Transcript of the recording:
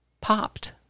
popped